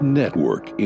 network